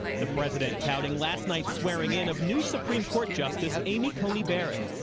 the president touting last night's swearing in of new supreme court justice amy coney barrett.